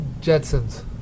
Jetsons